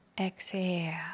exhale